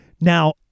Now